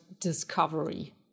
discovery